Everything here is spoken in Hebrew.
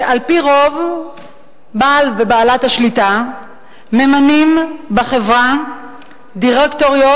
שעל-פי-רוב בעל ובעלת השליטה ממנים בחברה דירקטוריות